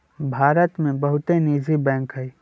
भारत में बहुते निजी बैंक हइ